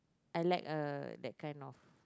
I like uh that kind of